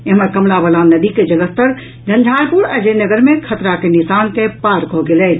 एम्हर कमला बलान नदी के जलस्तर झंझारपुर आ जयनगर मे खतरा के निशान के पार कऽ गेल अछि